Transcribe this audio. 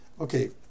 Okay